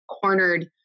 cornered